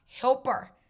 helper